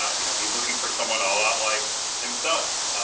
you know, he's looking for someone a lot like himself.